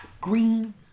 green